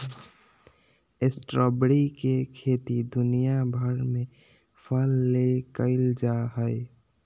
strawberry के खेती दुनिया भर में फल ले कइल जा हइ